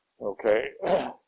Okay